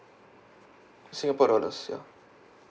singapore dollars ya